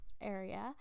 area